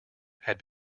had